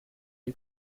you